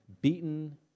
Beaten